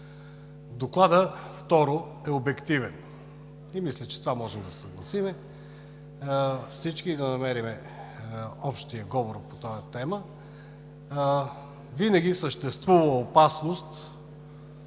Докладът е обективен. Мисля, че с това можем да се съгласим – всички да намерим общия говор по тази тема. Винаги съществува опасност,